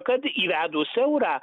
kad įvedus eurą